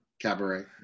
Cabaret